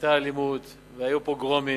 והיתה אלימות והיו פוגרומים.